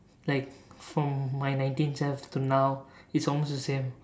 like from my nineteen self to now it's almost the same